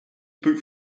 boot